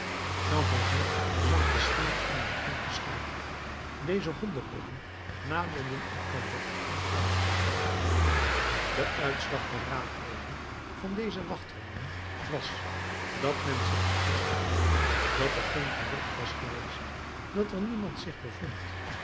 zag de schimmen in een kring geschaard deze hondenkoppen naderden elkander en fluisterden de uitslag der raadpleging van deze wachthonden was dat men zich vergist had dat er geen gerucht was geweest dat er niemand zich bevond